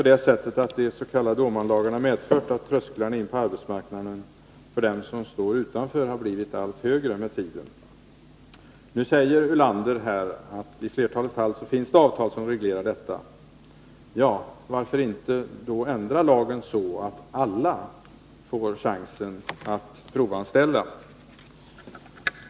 De s.k. Åmanlagarna har ju medfört att trösklarna mot arbetsmarknaden, för dem som står utanför, har blivit allt högre med tiden. Nu säger Lars Ulander att det i flertalet fall finns avtal som reglerar frågor om provanställning. Men varför då inte ändra lagen, så att alla får chansen att provanställa?